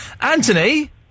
Anthony